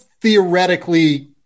theoretically